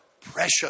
precious